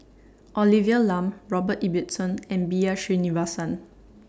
Olivia Lum Robert Ibbetson and B R Sreenivasan